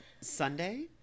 Sunday